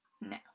No